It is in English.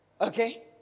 Okay